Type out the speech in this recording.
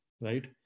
right